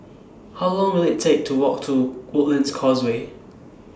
How Long Will IT Take to Walk to Woodlands Causeway